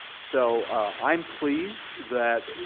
so i'm pleased that oh,